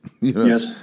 Yes